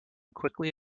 quickly